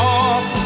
off